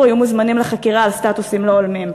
היו מוזמנים לחקירה על סטטוסים לא הולמים.